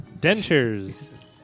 Dentures